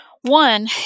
One